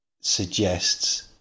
suggests